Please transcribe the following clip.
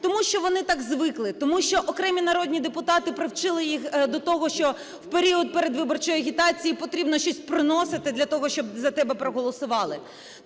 Тому що вони так звикли, тому що окремі народні депутати привчили їх до того, що в період передвиборчої агітації потрібно щось приносити для того, щоб за тебе проголосували.